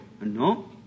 No